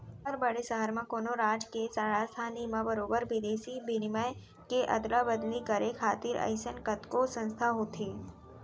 हर बड़े सहर म, कोनो राज के राजधानी म बरोबर बिदेसी बिनिमय के अदला बदली करे खातिर अइसन कतको संस्था होथे